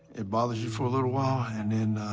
it bothers you for a little while and then